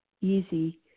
easy